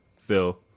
Phil